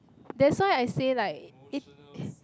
that's why I say like it~